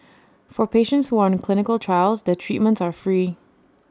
for patients who are on clinical trials their treatments are free